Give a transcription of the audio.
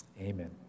Amen